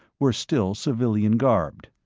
were still civilian garbed.